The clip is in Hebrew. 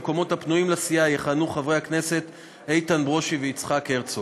במקומות הפנויים לסיעה יכהנו חברי הכנסת איתן ברושי ויצחק הרצוג.